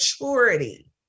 maturity